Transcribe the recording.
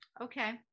Okay